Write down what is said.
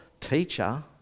teacher